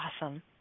Awesome